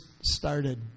started